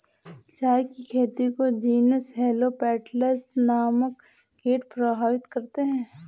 चाय की खेती को जीनस हेलो पेटल्स नामक कीट प्रभावित करते हैं